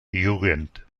jugend